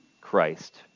Christ